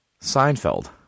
Seinfeld